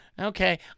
Okay